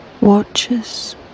watches